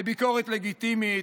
לביקורת לגיטימית,